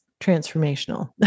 transformational